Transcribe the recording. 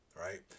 right